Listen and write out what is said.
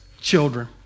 children